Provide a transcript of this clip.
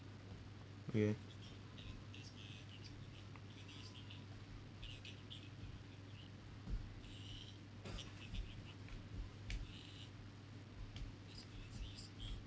okay